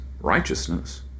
righteousness